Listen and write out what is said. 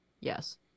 yes